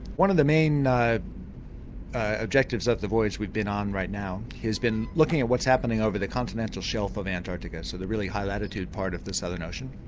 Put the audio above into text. one of the main objects of the voyage we've been on right now has been looking at what's happening over the continental shelf of antarctica, so the really high latitude part of the southern ocean.